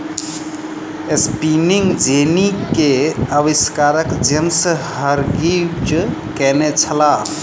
spinning jenny के आविष्कार James Hargreaves केने छला